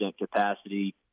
capacity